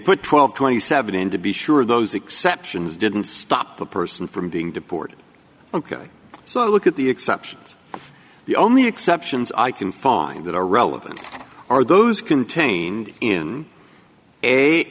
and twenty seven in to be sure those exceptions didn't stop the person from being deported ok so look at the exceptions the only exceptions i can find that are relevant are those contained in a